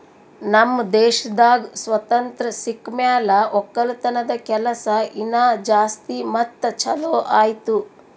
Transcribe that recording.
ನಮ್ ದೇಶದಾಗ್ ಸ್ವಾತಂತ್ರ ಸಿಕ್ ಮ್ಯಾಲ ಒಕ್ಕಲತನದ ಕೆಲಸ ಇನಾ ಜಾಸ್ತಿ ಮತ್ತ ಛಲೋ ಆಯ್ತು